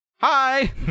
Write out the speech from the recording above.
Hi